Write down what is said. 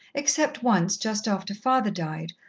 except once, just after father died,